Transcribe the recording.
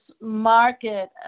market